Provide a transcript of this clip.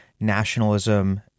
nationalism